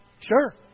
Sure